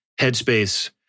headspace